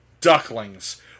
Ducklings